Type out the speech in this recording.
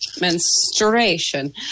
menstruation